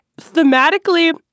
thematically